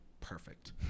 perfect